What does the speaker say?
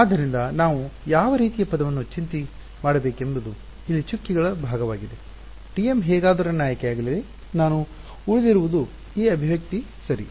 ಆದ್ದರಿಂದ ನಾವು ಯಾವ ರೀತಿಯ ಪದವನ್ನು ಚಿಂತೆ ಮಾಡಬೇಕೆಂಬುದು ಇಲ್ಲಿ ಚುಕ್ಕೆಗಳ ಭಾಗವಾಗಿದೆ TM ಹೇಗಾದರೂ ನನ್ನ ಆಯ್ಕೆಯಾಗಲಿದೆ ನಾನು ಉಳಿದಿರುವುದು ಈ ಅಭಿವ್ಯಕ್ತಿ ಸರಿ